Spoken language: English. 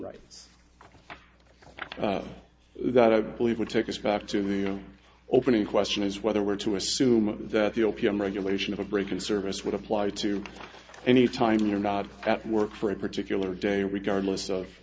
rights that i believe would take us back to the opening question is whether we're to assume that the opium regulation of a break in service would apply to any time you're not at work for a particular day regardless of